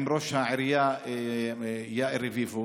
עם ראש העירייה יאיר רביבו